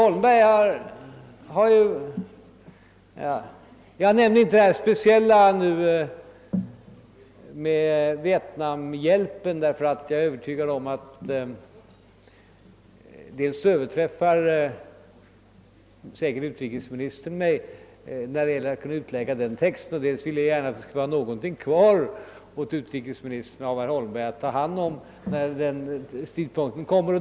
Jag nämner inte nu det speciella fallet med Vietnamhjälpen; jag är övertygad om att utrikesministern kommer att överträffa mig i fråga om att lägga ut den texten. Dessutom vill jag att det skall vara något kvar av herr Holmberg åt utrikesministern att ta hand om.